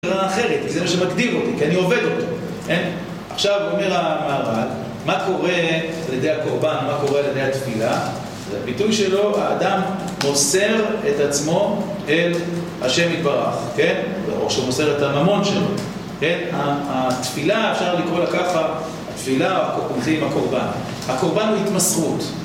שאלה אחרת, זה מה שמגדיר אותו, כי אני עובד אותו, כן? עכשיו, אומר המהר"ל, מה קורה על ידי הקורבן, מה קורה על ידי התפילה? הביטוי שלו, האדם מוסר את עצמו אל השם יברך, כן? או שהוא מוסר את הממון שלו, כן? התפילה, אם אפשר לקרוא לה ככה, התפילה הולכים עם הקורבן הקורבן הוא התמסכות